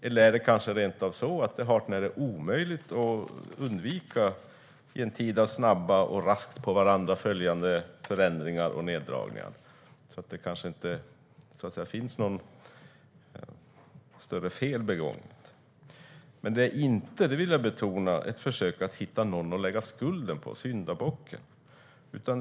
Eller är det kanske hart när omöjligt att undvika sådant här i en tid av snabba och raskt på varandra följande förändringar och neddragningar? Det kanske i så fall inte är något större fel begånget. Detta är dock inte - det vill jag betona - ett försök att hitta någon att lägga skulden på, syndabocken.